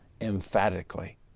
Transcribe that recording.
emphatically